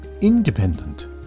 independent